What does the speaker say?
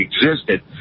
existed